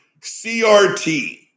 CRT